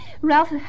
Ralph